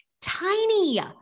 tiny